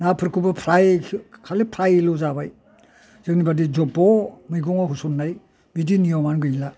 नाखौबो फ्राय खालि फ्रायल' जाबाय जोंनि बादि जब' मैगंआव होसननाय बिदि नियमानो गैला